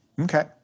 Okay